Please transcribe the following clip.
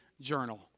Journal